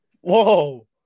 Whoa